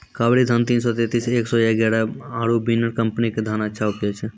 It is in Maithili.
कावेरी धान तीन सौ तेंतीस या एक सौ एगारह आरु बिनर कम्पनी के धान अच्छा उपजै छै?